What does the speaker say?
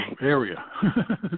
area